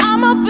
I'ma